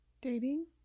Dating